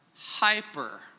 hyper